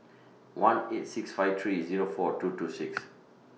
one eight six five three Zero four two two six